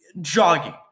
jogging